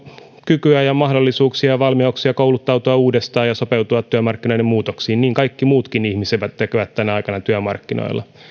kykyä ja mahdollisuuksia ja valmiuksia kouluttautua uudestaan ja sopeutua työmarkkinoiden muutoksiin niin kaikki muutkin ihmiset tekevät tänä aikana työmarkkinoilla